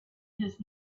his